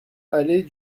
allée